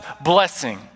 blessing